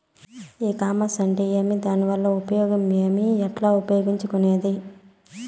ఈ కామర్స్ అంటే ఏమి దానివల్ల ఉపయోగం ఏమి, ఎట్లా ఉపయోగించుకునేది?